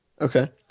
Okay